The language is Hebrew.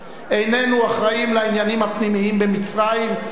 איננו אחראים לעניינים הפנימיים במצרים או